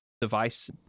device